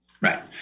Right